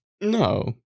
No